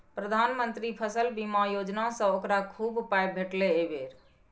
प्रधानमंत्री फसल बीमा योजनासँ ओकरा खूब पाय भेटलै एहि बेर